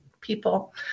people